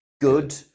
good